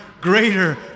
greater